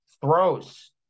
throws